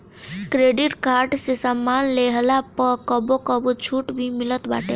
credit card से सामान लेहला पअ कबो कबो छुट भी मिलत बाटे